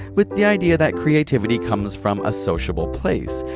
with the idea that creativity comes from a sociable place.